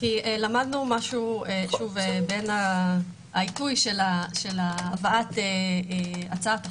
למדנו משהו בין העיתוי של הבאת הצעת החוק,